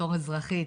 בתור אזרחית,